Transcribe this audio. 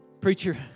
preacher